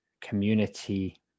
community